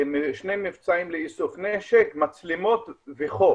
שני מבצעים לאישום נשק, מצלמות וכו'.